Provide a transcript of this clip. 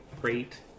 great